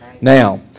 Now